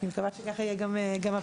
אני מקווה שכך יהיה גם הפעם.